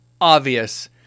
obvious